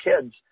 kids